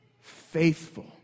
Faithful